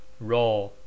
raw